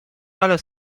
ale